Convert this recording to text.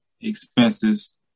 expenses